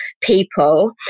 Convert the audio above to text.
people